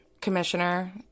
commissioner